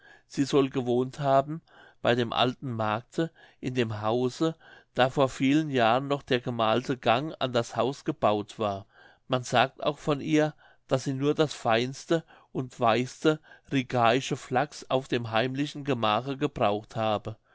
sie soll gewohnt haben bei dem alten markte in dem hause da vor vielen jahren noch der gemalte gang an das haus gebaut war man sagt auch von ihr daß sie nur das feinste und weichste rigaische flachs auf dem heimlichen gemache gebraucht habe